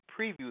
preview